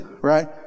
right